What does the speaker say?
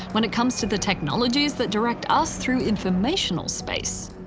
when it comes to the technologies that direct us through informational space.